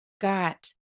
got